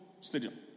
stadium